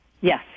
Yes